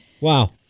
Wow